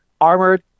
armored